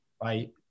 Bye